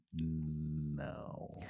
no